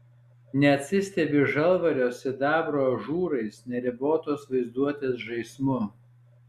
neatsistebi žalvario sidabro ažūrais neribotos vaizduotės žaismu